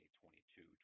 2022